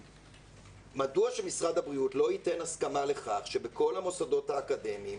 מדוע שמשרד הבריאות לא ייתן הסכמה לכך שבכל המוסדות האקדמיים